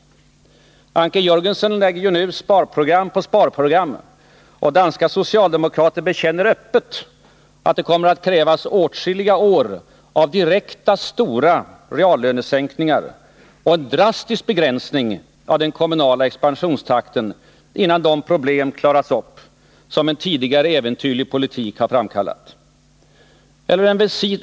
Anker Jörgensen lägger ju nu fram sparprogram på sparprogram, och danska socialdemokrater bekänner öppet att det kommer att krävas åtskilliga år av direkta, stora reallönesänkningar och en drastisk begränsning av den kommunala expansionstakten, innan de problem klarats upp som en tidigare äventyrlig politik har framkallat.